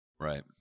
Right